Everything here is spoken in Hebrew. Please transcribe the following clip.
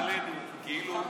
הם עובדים עלינו כאילו,